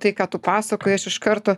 tai ką tu pasakojai aš iš karto